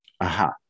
aha